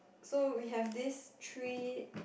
so we have this three